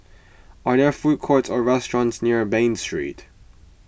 are there food courts or restaurants near Bain Street